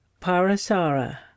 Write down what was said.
PARASARA